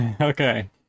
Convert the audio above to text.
Okay